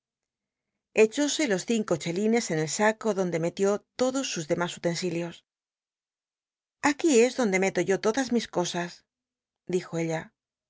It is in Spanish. echóse los cinco chelines en el saco donde me lió todos sus deimas utensilios biblioteca nacional de españa da vid copperfield í á morto endcll prostcrnodo dd ontc del h gnr aquí es donde yo meto todas mis cosas dijo ella